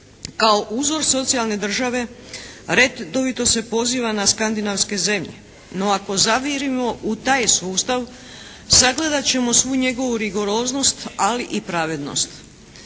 Kao uzor socijalne države redovito se poziva na skandinavske zemlje, no ako zavirimo u taj sustav sagledat ćemo svu njegovu rigoroznost ali i pravednost.